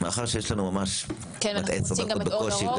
מאחר שיש לנו עוד עשר דקות בקושי,